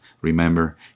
remember